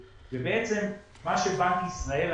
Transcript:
מה שבנק ישראל,